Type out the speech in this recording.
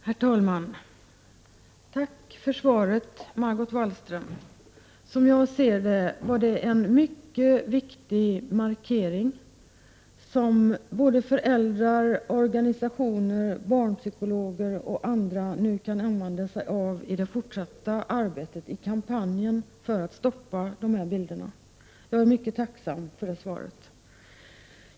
Herr talman! Jag tackar Margot Wallström för svaret. Som jag ser svaret är det en mycket viktig markering, som föräldrar, organisationer, barnpsykologer och andra kan ha nytta av när det gäller det fortsatta arbetet i kampanjen för att stoppa sådana här bilder. Jag är således mycket tacksam för svaret.